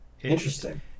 interesting